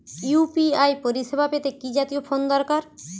UPI পরিসেবা পেতে কি জাতীয় ফোন দরকার?